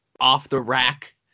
off-the-rack